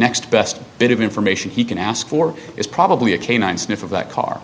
next best bit of information he can ask for is probably a canine sniff of that car